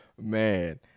Man